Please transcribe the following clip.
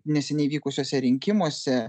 neseniai vykusiuose rinkimuose